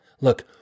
look